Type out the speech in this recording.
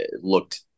looked